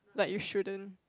like you shouldn't